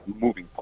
moving –